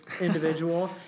individual